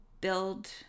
build